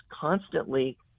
constantly